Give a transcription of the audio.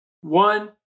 one